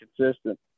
consistent